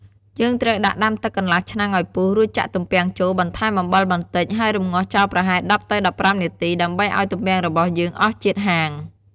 យើងត្រូវដាក់ដាំទឹកកន្លះឆ្នាំងឱ្យពុះ រួចចាក់ទំពាំងចូល បន្ថែមអំបិលបន្ដិច ហើយរំងាស់ចោលប្រហែល១០ ទៅ១៥នាទី ដើម្បីឱ្យទំពាំងរបស់យើងអស់ជាតិហាង។